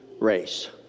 race